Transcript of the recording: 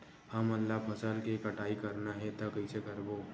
हमन ला फसल के कटाई करना हे त कइसे करबो?